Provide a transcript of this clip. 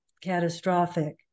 catastrophic